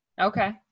Okay